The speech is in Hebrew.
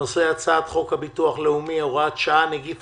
הנושא: הצעת חוק הביטוח הלאומי (הוראת שעה - נגיף